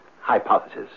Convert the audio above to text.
hypothesis